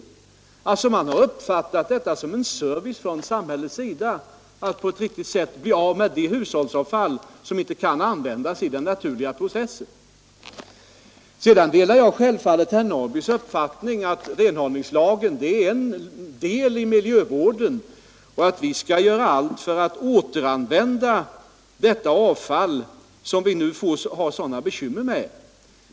Man har sålunda uppfattat det som en fin service från samhällets sida att på ett riktigt sätt kunna bli av med det hushållsavfall som man inte kunnat använda i den naturliga processen. Sedan delar jag naturligtvis herr Norrbys i Åkersberga uppfattning att renhållningslagen är ett led i miljövården och att vi skall göra allt för att återanvända det avfall som vi nu har sådana bekymmer med.